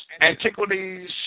Antiquities